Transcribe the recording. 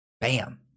Bam